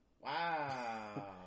Wow